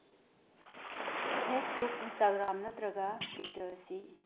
Facebook Instagram ꯅꯠꯇ꯭ꯔꯒ Twitter ꯑꯁꯤ